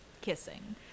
kissing